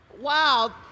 Wow